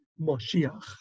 Moshiach